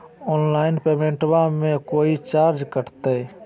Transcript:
Online पेमेंटबां मे कोइ चार्ज कटते?